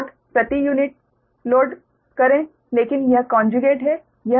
load प्रति unit load करें लेकिन यह कोंजुगेट है